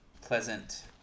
pleasant